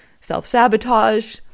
self-sabotage